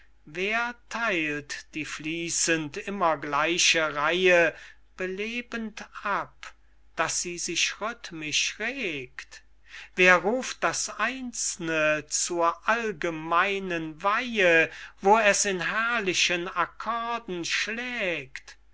wer theilt die fließend immer gleiche reihe belebend ab daß sie sich rythmisch regt wer ruft das einzelne zur allgemeinen weihe wo es in herrlichen accorden schlägt